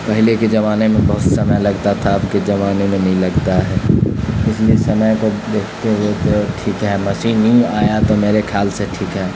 پہلے کے زمانے میں بہت سمے لگتا تھا اب کے زمانے میں نہیں لگتا ہے اس لیے سمے کو دیکھتے ہوئے تو ٹھیک ہے مشین ہی آیا تو میرے خیال سے ٹھیک ہے